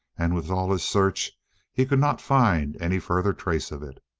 and with all his search he could not find any further trace of it.